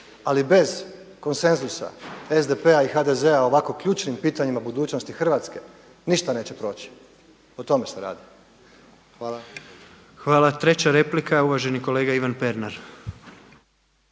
Ali bez konsenzusa SDP-a i HDZ-a o ovako ključnim pitanjima budućnosti Hrvatske ništa neće proći o tome se radi. Hvala. **Jandroković, Gordan (HDZ)** Hvala. Treća replika uvaženi kolega Ivan Pernar.